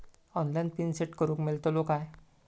Online pin set करूक मेलतलो काय?